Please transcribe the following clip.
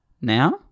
now